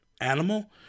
animal